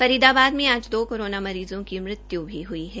फरीदाबाद में आज दो कोरोना मरीज़ों की मृत्यु भी हुई है